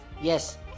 yes